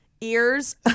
Ears